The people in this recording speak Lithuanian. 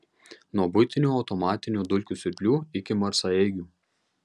nuo buitinių automatinių dulkių siurblių iki marsaeigių